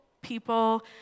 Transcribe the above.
people